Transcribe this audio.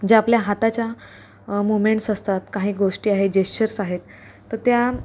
ज्या आपल्या हाताच्या मुव्हमेंट्स असतात काही गोष्टी आहे जेशचर्स आहेत तर त्या